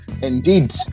indeed